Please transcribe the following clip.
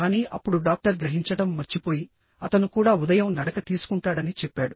కానీ అప్పుడు డాక్టర్ గ్రహించడం మర్చిపోయిఅతను కూడా ఉదయం నడక తీసుకుంటాడని చెప్పాడు